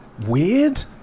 weird